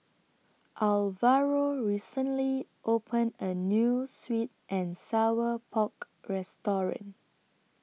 Alvaro recently opened A New Sweet and Sour Pork Restaurant